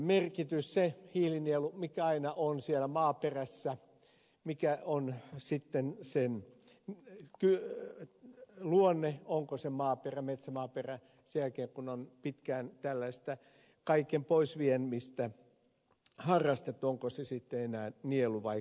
se hiilinielu joka aina on siellä maaperässä mikä on sitten sen luonne onko se metsämaaperä sen jälkeen kun on pitkään tällaista kaiken poisviemistä harrastettu sitten enää nielu vaiko ei